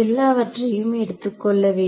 எல்லாவற்றையும் எடுத்துக் கொள்ள வேண்டும்